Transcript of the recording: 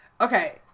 Okay